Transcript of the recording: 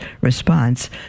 response